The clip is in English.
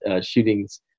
shootings